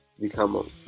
become